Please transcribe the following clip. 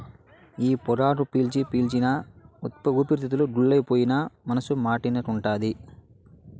ఈ పొగాకు పీల్చి పీల్చి నా ఊపిరితిత్తులు గుల్లైపోయినా మనసు మాటినకుంటాంది